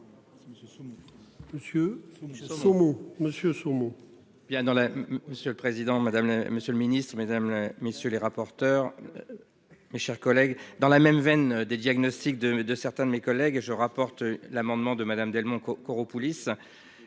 Monsieur le Président Madame Monsieur le Ministre, Mesdames, messieurs les rapporteurs. Mes chers collègues. Dans la même veine des diagnostics de de certains de mes collègues et je rapporte l'amendement de Madame Delmont Koropoulis.